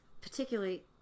particularly